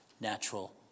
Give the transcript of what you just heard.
natural